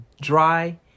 dry